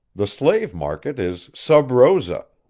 the slave-market is sub rosa,